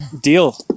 deal